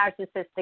narcissistic